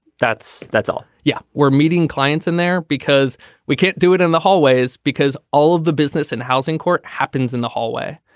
that's that's all. yeah we're meeting clients in there because we can't do it in the hallways because all of the business and housing court happens in the hallway.